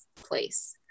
place